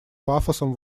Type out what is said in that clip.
пафосом